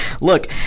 look